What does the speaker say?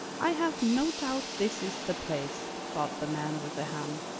i have no doubt this is the place, thought the man with the ham.